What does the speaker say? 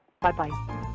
Bye-bye